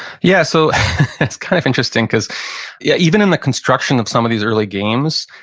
yeah, so it's kind of interesting cause yeah even in the construction of some of these early games,